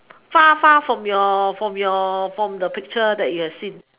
far far from your from your from the picture that you have seen